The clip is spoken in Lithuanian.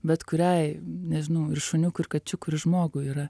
bet kuriai nežinau ir šuniukui kačiukui ir žmogui yra